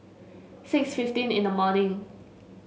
six fifteen in the morning